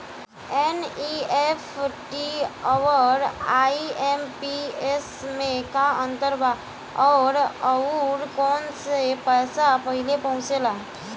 NEFT आउर IMPS मे का अंतर बा और आउर कौना से पैसा पहिले पहुंचेला?